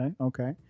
okay